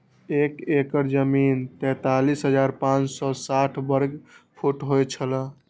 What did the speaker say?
एक एकड़ जमीन तैंतालीस हजार पांच सौ साठ वर्ग फुट होय छला